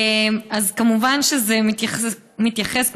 אז כמובן שזה מתייחס,